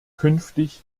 künftig